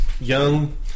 young